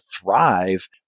thrive